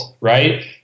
right